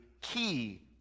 key